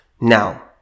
Now